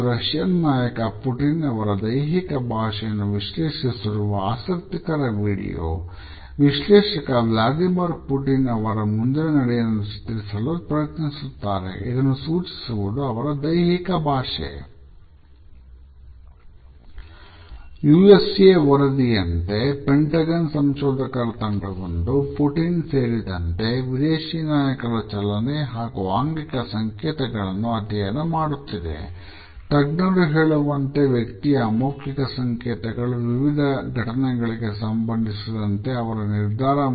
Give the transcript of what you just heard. ಇದು ರಷ್ಯನ್ ಅವರ ಮುಂದಿನ ನಡೆಯನ್ನು ಚಿತ್ರಿಸಲು ಪ್ರಯತ್ನಿಸುತ್ತಾರೆ